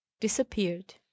disappeared